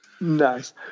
Nice